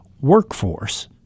workforce